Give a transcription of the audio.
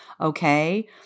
okay